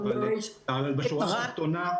אבל בשורה התחתונה,